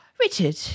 Richard